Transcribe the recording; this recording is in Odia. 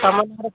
ତୁମ ଘର